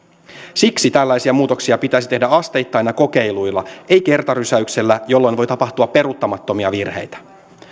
siksi tällaisia muutoksia pitäisi tehdä asteittain ja kokeiluilla ei kertarysäyksellä jolloin voi tapahtua peruuttamattomia virheitä